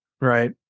right